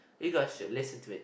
you guy should listen to it